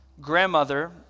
grandmother